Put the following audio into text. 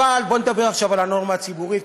בואו נדבר עכשיו על הנורמה הציבורית,